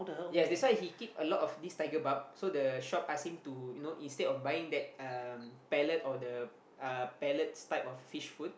yes that's why he keep a lot of these tiger barb so the shop ask him to you know instead of buying that um pellet or the uh pellets type of fish food